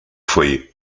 foyer